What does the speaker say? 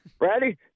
Ready